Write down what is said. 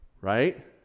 Right